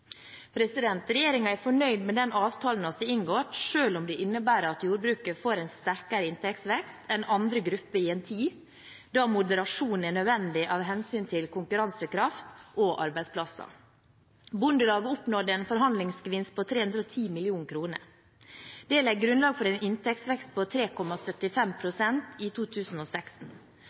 er fornøyd med den avtalen vi har inngått, selv om det innebærer at jordbruket får en sterkere inntektsvekst enn andre grupper, i en tid da moderasjon er nødvendig av hensyn til konkurransekraft og arbeidsplasser. Bondelaget oppnådde en forhandlingsgevinst på 310 mill. kr. Det legger grunnlaget for en inntektsvekst på 3,75